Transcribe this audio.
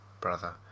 brother